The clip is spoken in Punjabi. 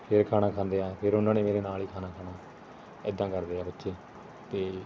ਫੇਰ ਖਾਣਾ ਖਾਂਦੇ ਆ ਫਿਰ ਉਹਨਾਂ ਨੇ ਮੇਰੇ ਨਾਲ ਹੀ ਖਾਣਾ ਖਾਣਾ ਇੱਦਾਂ ਕਰਦੇ ਆ ਬੱਚੇ ਅਤੇ